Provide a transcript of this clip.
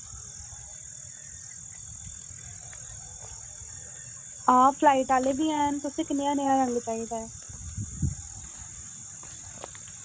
हां फ्लाइट ओह्ले बी हैन तुसें कनेहा नेहा रंग चाहिदा ऐ